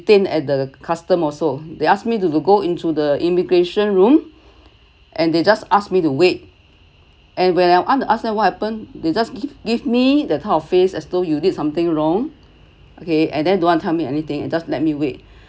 detained at the customs also they ask me to go into the immigration room and they just asked me to wait and when I want to ask them what happen they just give give me the kind of face as though you did something wrong okay and then don't want tell me anything and just let me wait